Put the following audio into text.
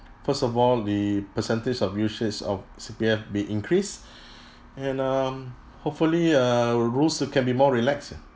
first of all the percentage of usage of C_P_F be increase and um hopefully err rules can be more relaxed